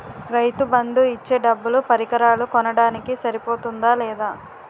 రైతు బందు ఇచ్చే డబ్బులు పరికరాలు కొనడానికి సరిపోతుందా లేదా?